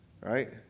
right